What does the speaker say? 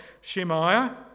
Shemaiah